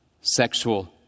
sexual